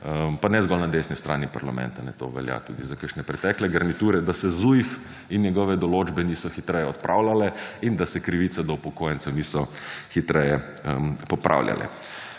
Pa ne zgolj na desni strani parlamenta, to velja tudi za kakšne pretekle garniture, da se ZUJF in njegove določbe niso hitreje odpravljale in da se krivice do upokojencev niso hitreje popravljale.